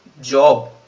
job